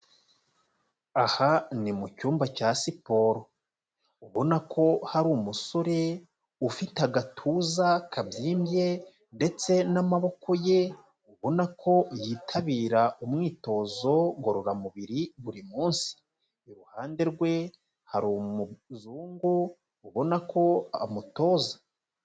Aha ni mu cyumba cya siporo, ubona ko hari umusore ufite agatuza kabyimbye ndetse n'amaboko ye ubona ko yitabira umwitozo ngororamubiri buri munsi, iruhande rwe hari umuzungu ubona ko amutoza.